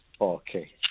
Okay